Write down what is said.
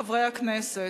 חברי הכנסת,